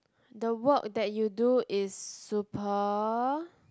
the work that you do is super